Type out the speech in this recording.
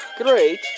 great